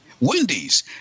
Wendy's